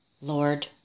Lord